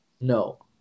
no